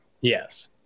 Yes